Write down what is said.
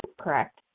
correct